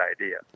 idea